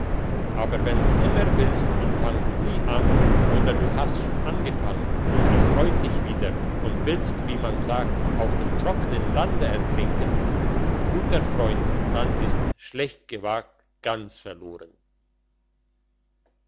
aber wenn du immer willst und fangst nie an oder du hast schon angefangen und es reut dich wieder und willst wie man sagt auf dem trockenen lande ertrinken guter freund dann ist schlecht gewagt ganz verloren